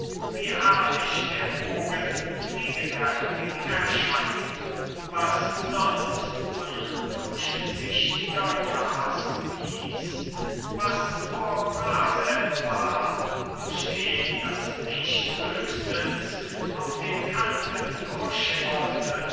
wie herrlich der bogen gegenwärtig erscheint was sonst undurchsichtiger jaspis was nur prasem war durch den das licht höchstens auf den kanten durchschimmerte